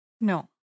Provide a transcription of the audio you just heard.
No